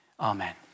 Amen